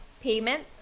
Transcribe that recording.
payment